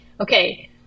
okay